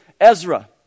Ezra